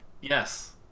Yes